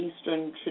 Eastern